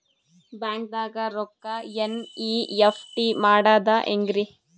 ಬ್ಯಾಂಕ್ದಾಗ ರೊಕ್ಕ ಎನ್.ಇ.ಎಫ್.ಟಿ ಮಾಡದ ಹೆಂಗ್ರಿ?